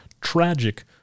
tragic